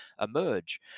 emerge